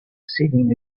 sitting